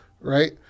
Right